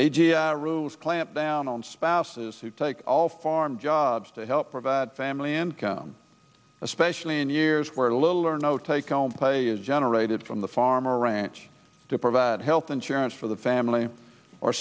age rules clamp down on spouses who take all farm jobs to help provide family income especially in years where little or no take home pay is generated from the farm or ranch to provide health insurance for the family or